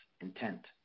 intent